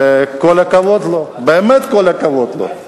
וכל הכבוד לו, באמת כל הכבוד לו.